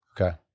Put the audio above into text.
okay